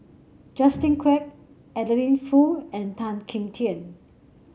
Justin Quek Adeline Foo and Tan Kim Tian